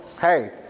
hey